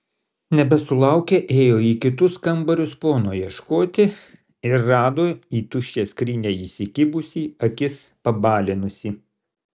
nebesulaukę ėjo į kitus kambarius pono ieškoti ir rado į tuščią skrynią įsikibusį akis pabalinusį